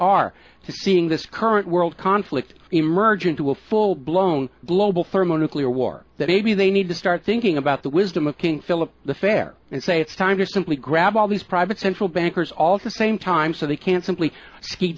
are seeing this current world conflict emerge into a full blown global thermonuclear war that maybe they need to start thinking about the wisdom of king philip the fair and say it's time to simply grab all these private central bankers all the same time so they can simply s